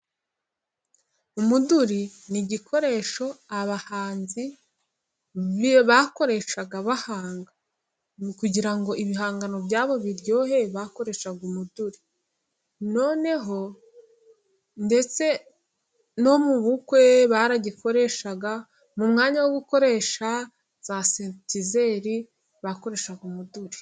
Umuduri ni igikoresho abahanzi bakoreshaga bahanga, ni ukugira ngo ibihangano byabo biryohe bakoreshaga umuduri, noneho ndetse no mu bukwe baragikoresha, mu mwanya wo gukoresha za Sentetizeri, bakoresha umuduri.